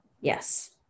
yes